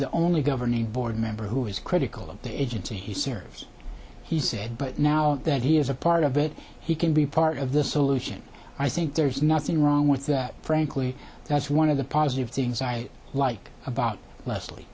the only governing board member who is critical of the agency he serves he said but now that he is a part of it he can be part of the solution i think there's nothing wrong with that frankly that's one of the positive things i like about lesl